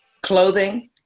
clothing